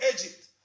Egypt